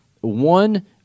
One